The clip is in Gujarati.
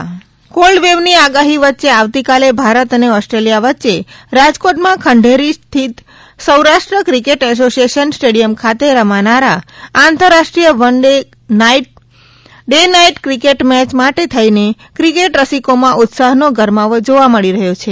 વનડે ક્રિકેટ મેય કોલ્ડ વેવની આગાહી વચ્ચે આવતીકાલે ભારત અને ઓસ્ટ્રેલિયા વચ્ચે રાજકોટમાં ખંઢેરી સ્થિત સૌરાષ્ટ્ર ક્રિકેટ એસોસિયેશન સ્ટેડિયમ ખાતે રમાનારા આંતરરાષ્ટ્રીય one day day night cricket match માટે થઈને ક્રિકેટ રસિકોમાં ઉત્સાહનો ગરમાવો જોવા મળી રહ્યો છે